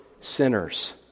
sinners